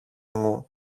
μου